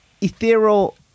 ethereal